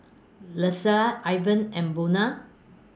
Lesia Ivan and Buna